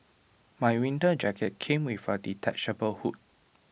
my winter jacket came with A detachable hood